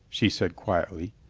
she said quietly,